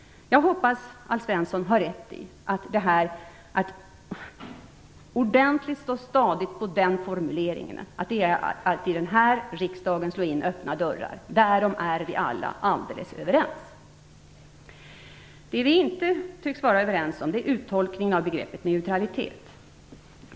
Jag hoppas att Alf Svensson har rätt i att det är att slå in öppna dörrar att ordentligt och stadigt markera att vi alla är överens om denna formulering. Vad vi inte tycks vara överens om är uttolkningen av begreppet neutralitet.